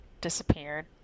disappeared